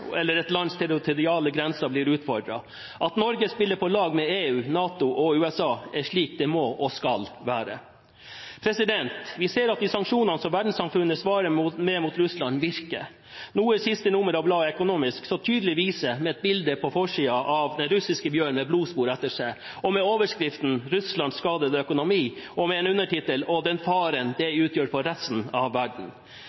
eller et lands territoriale grenser blir utfordret. At Norge spiller på lag med EU, NATO og USA, er slik det må og skal være. Vi ser at de sanksjonene som verdenssamfunnet svarer med mot Russland, virker, noe som det siste nummeret av bladet The Economist så tydelig viser, med et bilde på forsiden av den russiske bjørnen med blodspor etter seg, og med overskriften «Russlands skadede økonomi», med undertittel «og den faren det